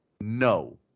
no